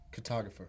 Cartographer